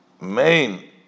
main